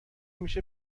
میشه